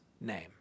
name